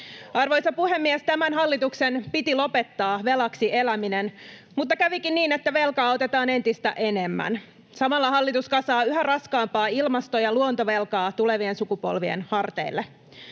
Arvoisa puhemies! Tämän hallituksen piti lopettaa velaksi eläminen, mutta kävikin niin, että velkaa otetaan entistä enemmän. Samalla hallitus kasaa yhä raskaampaa ilmasto- ja luontovelkaa tulevien sukupolvien harteille.